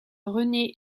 rené